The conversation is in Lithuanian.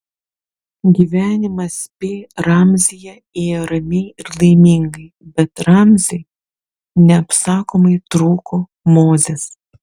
gyvenimas pi ramzyje ėjo ramiai ir laimingai bet ramziui neapsakomai trūko mozės